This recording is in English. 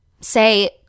say